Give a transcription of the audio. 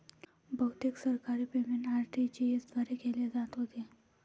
बहुतेक सरकारी payment RTGS द्वारे केले जात होते